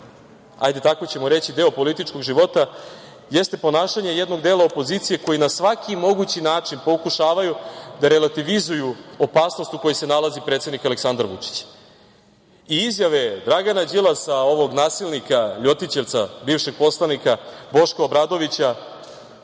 ajde tako ćemo reći, deo političkog života, jeste ponašanje jednog dela opozicije koji na svaki mogući način pokušavaju da relativizuju opasnost u kojoj se nalazi predsednik Aleksandar Vučić. I izjave Dragana Đilasa, ovog nasilnika, ljotićevca, bivšeg poslanika Boška Obradovića